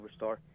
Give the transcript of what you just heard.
Overstar